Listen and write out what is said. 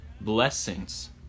blessings